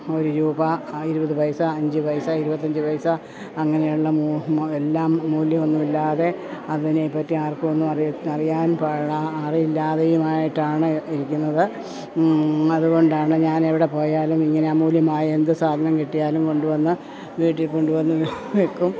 ഒരു രൂപ ഇരുപത് പൈസ അഞ്ച് പൈസ ഇരുപത്തഞ്ച് പൈസ അങ്ങനെയുള്ള എല്ലാം മൂല്യമൊന്നുമില്ലാതെ അതിനേപ്പറ്റി ആർക്കുമൊന്നുമറിയരുത് അറിയാൻ പഴാ അറിയില്ലാതെയുമായിട്ടാണ് ഇരിക്കുന്നത് അതു കൊണ്ടാണ് ഞാനെവിടെപ്പോയാലും ഇങ്ങനെ അമൂല്യമായ എന്തു സാധനം കിട്ടിയാലും കൊണ്ടു വന്ന് വീട്ടിൽക്കൊണ്ടു വന്ന് വെക്കും